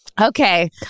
Okay